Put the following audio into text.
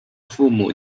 父母